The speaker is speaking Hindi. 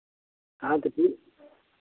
हाँ तो ठीक